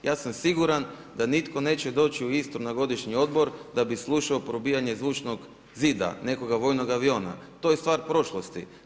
Ja sam siguran da nitko neće doći na Istru na godišnji odmor, da bi slušao probijanje zvučnog zida, nekoga vojnog aviona, to je stvar prošlosti.